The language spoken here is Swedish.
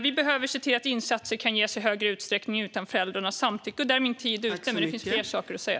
Vi behöver också se till att insatser kan ges i större utsträckning utan föräldrarnas samtycke. Det finns fler saker att säga.